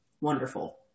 wonderful